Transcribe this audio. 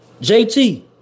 JT